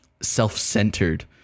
self-centered